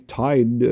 tied